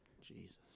Jesus